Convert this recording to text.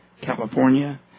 California